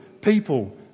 People